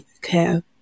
care